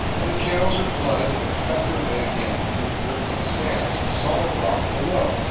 and the channels are flooded and cut their way again through the drifting sands to solid rock below.